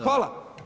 Hvala.